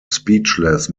speechless